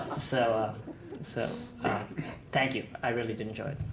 so ah so thank you. i really did enjoy it.